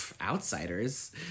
outsiders